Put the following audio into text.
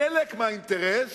חלק מהאינטרס